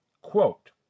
Quote